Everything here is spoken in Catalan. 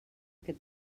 que